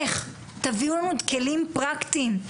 תביאו כלים פרקטיים,